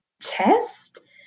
chest